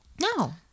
no